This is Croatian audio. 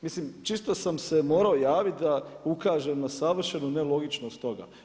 Mislim čisto sam se morao javiti da ukažem na savršenu nelogičnost toga.